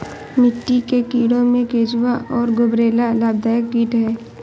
मिट्टी के कीड़ों में केंचुआ और गुबरैला लाभदायक कीट हैं